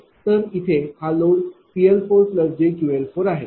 तर इथे हा लोड PL jQL आहे